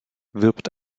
wirbt